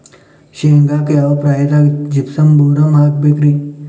ಶೇಂಗಾಕ್ಕ ಯಾವ ಪ್ರಾಯದಾಗ ಜಿಪ್ಸಂ ಬೋರಾನ್ ಹಾಕಬೇಕ ರಿ?